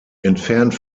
entfernt